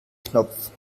knopf